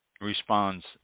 responds